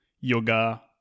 yoga